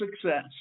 success